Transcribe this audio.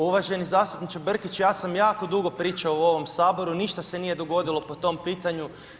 Uvaženi zastupniče Brkić, ja sam jako dugo pričao u ovom Saboru ništa se nije dogodilo po tom pitanju.